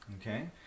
okay